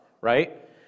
right